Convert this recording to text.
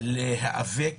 ולהיאבק